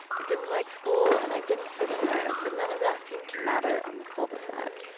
i didn't like school and i didn't fit in there, but none of that seemed to matter on the cul-de-sac.